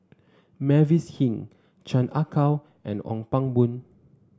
Mavis Hee Chan Ah Kow and Ong Pang Boon